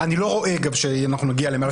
לא משנה שזה על דרך הקישור לתקציב